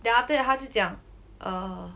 then after that 他就讲 err